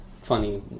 Funny